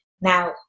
now